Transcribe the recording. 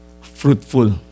fruitful